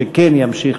שכן ימשיך,